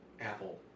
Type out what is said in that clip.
Apple